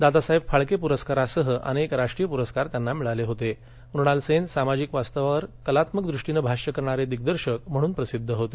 दादासाहेब फाळके पुरस्कारासह अनेक राष्ट्रीय पुरस्कार मिळालेले मृणाल सेन सामाजिक वास्तवावर कलात्मक दृष्टीने भाष्य करणारे दिग्दर्शक म्हणून प्रसिद्ध होते